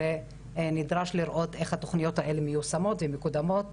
ונדרש לראות איך התוכניות האלה מיושמות ומקודמות